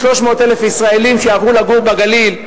300,000 ישראלים שיעברו לגור בגליל,